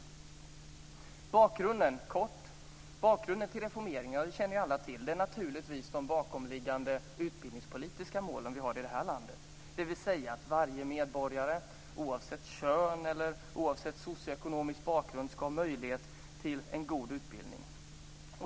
Sedan kommer jag helt kort till bakgrunden. Bakgrunden till reformeringen känner alla till. Det är naturligtvis de bakomliggande utbildningspolitiska mål som vi har i vårt land: att varje medborgare, oavsett kön eller socioekonomisk bakgrund, ska ha möjlighet till en god utbildning.